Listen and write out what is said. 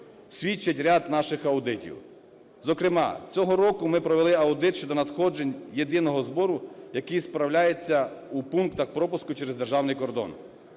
свідчать ряд наших аудитів. Зокрема цього року ми провели аудит щодо надходжень єдиного збору, який справляється в пунктах пропуску через державний кордон.